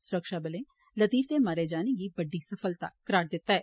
सुरक्षाबलें लतीफ दे मारे जाने गी बड्डी सफलता करार दित्ता ऐ